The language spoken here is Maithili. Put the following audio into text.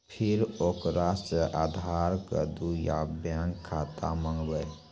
फिर ओकरा से आधार कद्दू या बैंक खाता माँगबै?